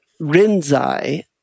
Rinzai